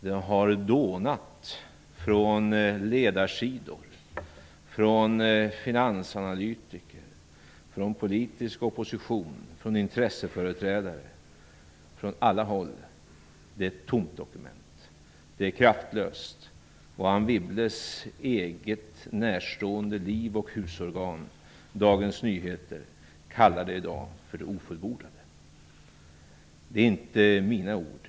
Det har dånat från ledarsidor, från finansanalytiker, från politisk opposition, från intresseföreträdare och från alla håll: Det är ett tomt dokument. Det är kraftlöst. Anne Wibbles eget närstående liv och husorgan Dagens Nyheter kallar det i dag för Det ofullbordade. Det är inte mina ord.